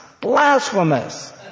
Blasphemous